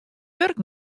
wurk